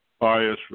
bias